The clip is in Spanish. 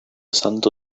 santo